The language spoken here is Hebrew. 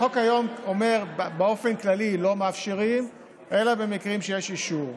החוק היום אומר שבאופן כללי שלא מאפשרים אלא במקרים שיש אישור.